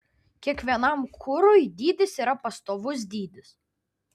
kiekvienam kurui dydis yra pastovus dydis